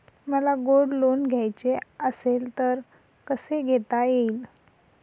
मला gold loan घ्यायचे असेल तर कसे घेता येईल?